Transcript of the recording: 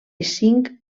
cinc